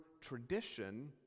tradition